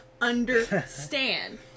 understand